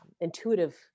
intuitive